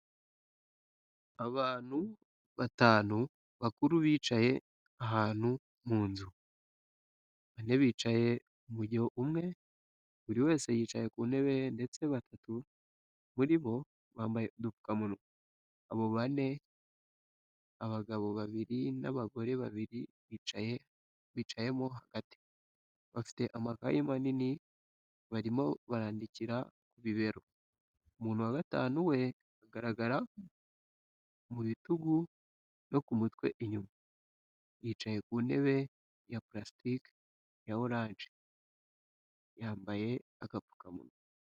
Abantu batanu bakuru bicaye ahantu mu nzu. Bane bicaye umujyo umwe, buri wese yicaye ku ntebe ye, ndetse batatu muri bo bambaye udupfukamunwa. Abo bane, abagabo babiri n'abagore babiri bicayemo hagati, bafite amakayi manini, barimo barandikira ku bibero. Umuntu wa gatanu we ugaragara mu bitugu no ku mutwe inyuma, yicaye ku ntebe ya pulasitiki ya orange, yampaye agapfukamunwa.